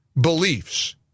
beliefs